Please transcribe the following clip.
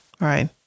right